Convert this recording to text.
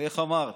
איך אמרת,